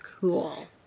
Cool